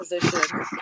position